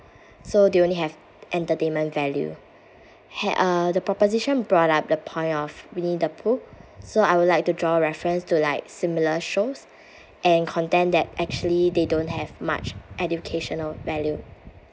so they only have entertainment value had~ uh the proposition brought up the point of winnie the pooh so I would like to draw reference to like similar shows and contend that actually they don't have much educational value